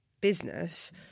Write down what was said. business